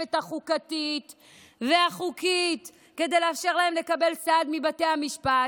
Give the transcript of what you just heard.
המעטפת החוקתית והחוקית כדי לאפשר להם לקבל סעד מבתי המשפט,